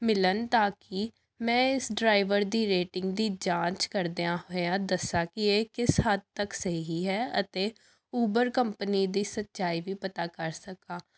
ਮਿਲਣ ਤਾਂ ਕਿ ਮੈਂ ਇਸ ਡਰਾਈਵਰ ਦੀ ਰੇਟਿੰਗ ਦੀ ਜਾਂਚ ਕਰਦਿਆਂ ਹੋਇਆਂ ਦੱਸਾਂ ਕਿ ਇਹ ਕਿਸ ਹੱਦ ਤੱਕ ਸਹੀ ਹੈ ਅਤੇ ਉਬਰ ਕੰਪਨੀ ਦੀ ਸੱਚਾਈ ਵੀ ਪਤਾ ਕਰ ਸਕਾਂ